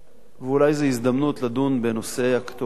ואולי זו הזדמנות לדון בנושא אקטואלי,